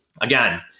again